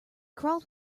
crawled